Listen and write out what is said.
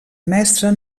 mestre